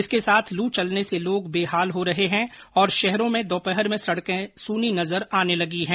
इसके साथ लू चलने से लोग बेहाल हो रहे हैं और शहरों में दोपहर में सड़कें सूनी नजर आने लगी हैं